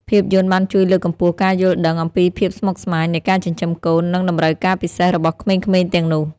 ភាពយន្តបានជួយលើកកម្ពស់ការយល់ដឹងអំពីភាពស្មុគស្មាញនៃការចិញ្ចឹមកូន និងតម្រូវការពិសេសរបស់ក្មេងៗទាំងនោះ។